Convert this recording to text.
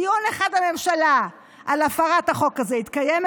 דיון אחד בממשלה על הפרת החוק הזה התקיים,